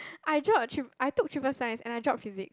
I dropped trip~ I took triple science and I dropped physics